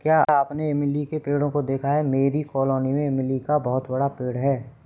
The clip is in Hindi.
क्या आपने इमली के पेड़ों को देखा है मेरी कॉलोनी में इमली का बहुत बड़ा पेड़ है